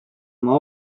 oma